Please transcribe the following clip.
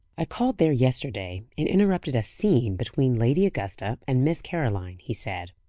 i called there yesterday, and interrupted a scene between lady augusta and miss caroline, he said.